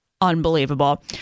unbelievable